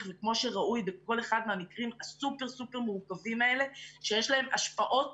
וכמו שראוי בכל אחד מהמקרים הסופר סופר מורכבים האלה שיש להם השפעות